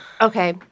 okay